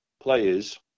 players